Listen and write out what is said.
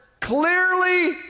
clearly